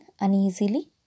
uneasily